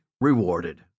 rewarded